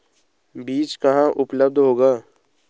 बीज कहाँ उपलब्ध होगा?